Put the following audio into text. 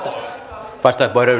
arvoisa puhemies